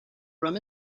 rum